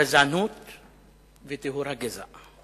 גזענות וטיהור הגזע.